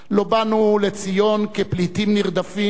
לא באנו לציון כפליטים נרדפים,